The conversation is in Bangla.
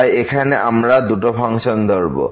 তাই এখানে আমরা দুটো ফাংশন ধরবো